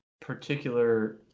particular